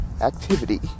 activity